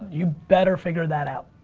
you better figure that out,